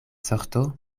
sorto